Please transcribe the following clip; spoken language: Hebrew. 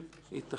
היא תחליט,